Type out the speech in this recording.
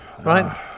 Right